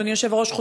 אדוני היושב-ראש,